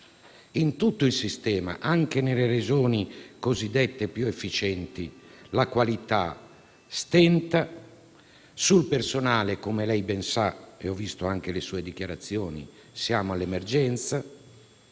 in tutto il sistema, anche nelle Regioni più efficienti, la qualità stenta; sul personale, come lei ben sa (e ho ascoltato anche le sue dichiarazioni), siamo all'emergenza;